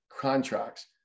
contracts